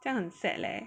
这样很 sad leh